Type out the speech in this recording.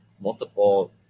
multiple